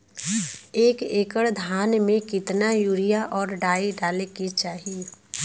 एक एकड़ धान में कितना यूरिया और डाई डाले के चाही?